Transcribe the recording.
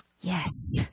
Yes